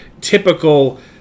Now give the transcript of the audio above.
Typical